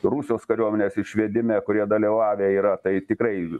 rusijos kariuomenės išvedime kurie dalyvavę yra tai tikrai